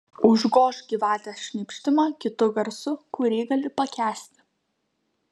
užgožk gyvatės šnypštimą kitu garsu kurį gali pakęsti